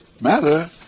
matter